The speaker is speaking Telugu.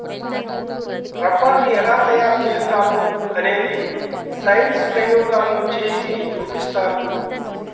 రబ్బరుని ఎలా తయారు చేస్తారో అనేది సైన్స్ ప్రయోగాల్లో చేసి చూపిస్తారు